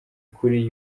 ukuri